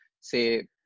say